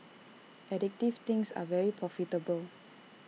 addictive things are very profitable